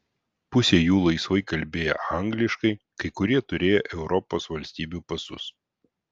pusė jų laisvai kalbėję angliškai kai kurie turėję europos valstybių pasus